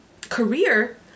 career